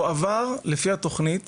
הועבר לפי התוכנית